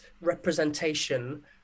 representation